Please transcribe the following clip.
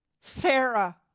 Sarah